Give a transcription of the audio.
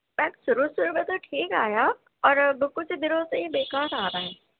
شاید شروع شروع میں تو ٹھیک آیا اور اب کچھ دنوں سے ہی بیکار آ رہا ہے